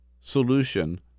solution